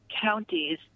counties